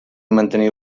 mantenir